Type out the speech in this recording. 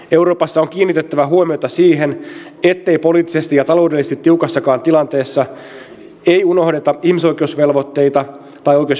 euroopassa on kiinnitettävä huomiota siihen ettei poliittisesti ja taloudellisesti tiukassakaan tilanteessa unohdeta ihmisoikeusvelvoitteita tai oikeusvaltioperiaatetta